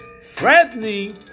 threatening